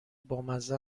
بامزه